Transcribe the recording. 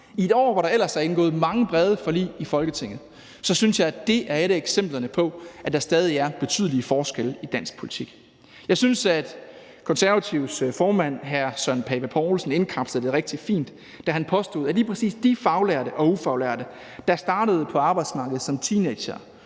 I et år, hvor der ellers er indgået mange brede forlig i Folketinget, synes jeg, at det er et af eksemplerne på, at der stadig er betydelige forskelle i dansk politik. Jeg synes, at Konservatives formand, hr. Søren Pape Poulsen, indkapslede det rigtig fint, da han påstod, at lige præcis de faglærte og ufaglærte, der startede på arbejdsmarkedet som teenagere,